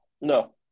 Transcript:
No